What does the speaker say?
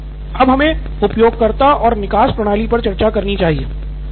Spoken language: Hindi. नितिन कुरियन अब हमे उपयोगकर्ता और निकास प्रणाली पर चर्चा करनी चाहिए